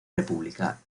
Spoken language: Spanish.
república